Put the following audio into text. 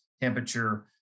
temperature